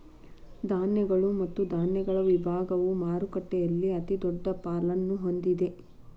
ಧಾನ್ಯಗಳು ಮತ್ತು ಧಾನ್ಯಗಳ ವಿಭಾಗವು ಮಾರುಕಟ್ಟೆಯಲ್ಲಿ ಅತಿದೊಡ್ಡ ಪಾಲನ್ನು ಹೊಂದಿದೆ